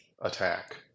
attack